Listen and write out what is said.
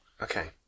Okay